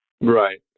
Right